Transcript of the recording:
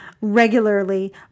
regularly